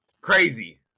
crazy